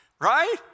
Right